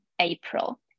April